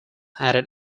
added